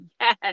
yes